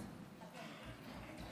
בבקשה.